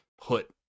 put